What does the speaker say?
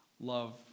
love